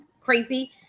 crazy